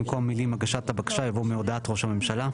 במקום המילים 'הגשת הבקשה' יבוא 'מהודעת ראש הממשלה'.